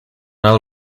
i’ll